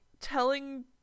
telling